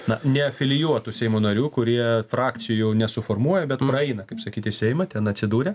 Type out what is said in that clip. na neafilijuotų seimo narių kurie frakcijų nesuformuoja bet praeina kaip sakyt į seimą ten atsidūrė